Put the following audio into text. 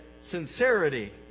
sincerity